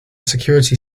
security